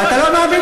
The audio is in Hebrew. אתה לא מאמין,